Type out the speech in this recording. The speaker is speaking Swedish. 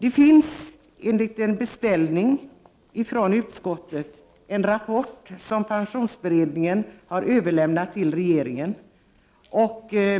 Efter en beställning från utskottet finns nu en rapport som pensionsberedningen har överlämnat till regeringen.